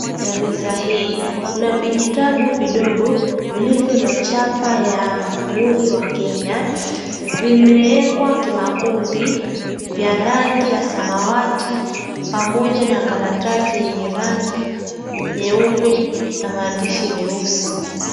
Juu ya meza hii kuna vijitabu vidogo na chapa ya mhuri wa Kenya vimeekwa kimakundi vya rangi ya samawati pamoja na karatasi yenye rangi nyeupe na maandishi meusi.